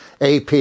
AP